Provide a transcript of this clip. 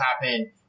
happen